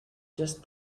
just